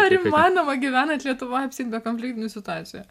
ar įmanoma gyvenant lietuvoje apsieiti be konfliktinių situacijų